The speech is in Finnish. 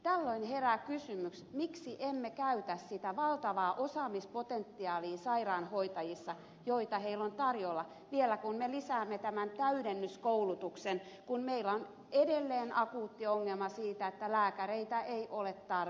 tällöin herää kysymys miksi emme käytä sitä valtavaa sairaanhoitajien osaamispotentiaalia mitä heillä on tarjolla ja vielä kun me lisäämme tämän täydennyskoulutuksen kun meillä on edelleen akuutti ongelma siinä että lääkäreitä ei ole tarpeeksi